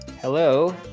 hello